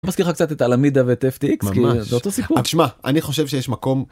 זה לא מזכיר לך קצת את אלמידה ואת FTX? -ממש -כי זה אותו סיפור -שמע, אני חושב שיש מקום